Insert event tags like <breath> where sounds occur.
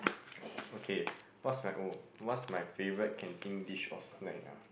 <breath> okay what's my oh what's my favourite canteen dish or snack ah